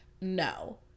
no